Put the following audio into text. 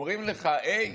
אומרים לך: הי,